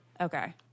okay